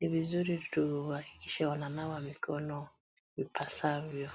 ni vizuri tujhakikishe wananawa mikono ipasavyo.